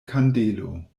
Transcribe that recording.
kandelo